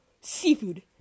seafood